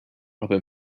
aber